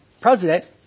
president